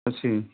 ଅଛି